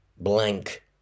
blank